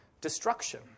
destruction